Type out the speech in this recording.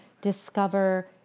discover